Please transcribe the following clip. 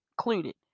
included